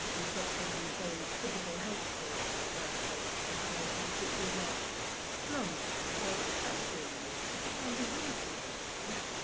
you've got some of these very typical helpful birth place information, which is like london. well, that's really useful because, london's an awfully big place,